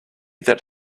that